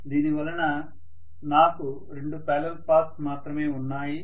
దీనివలన నాకు రెండు పారలల్ పాత్స్ మాత్రమే ఉన్నాయి